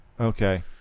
Okay